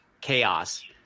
chaos